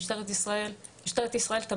משטרת ישראל,